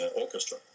orchestra